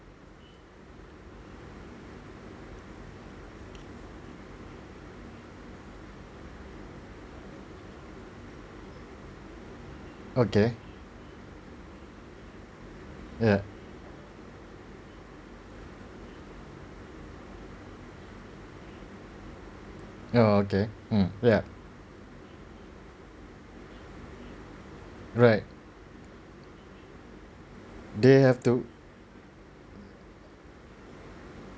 okay yea oh okay mm yup right they have to